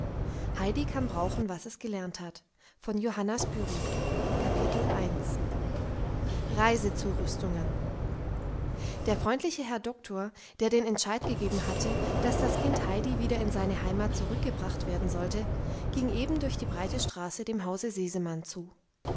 reisezurüstungen der freundliche herr doktor der den entscheid gegeben hatte daß das kind heidi wieder in seine heimat zurückgebracht werden sollte ging eben durch die breite straße dem hause sesemann zu